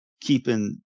keeping